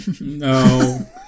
No